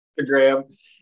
Instagram